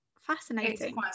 fascinating